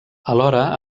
alhora